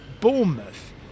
Bournemouth